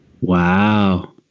Wow